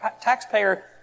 taxpayer